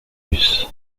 luz